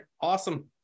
Awesome